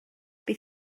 bydd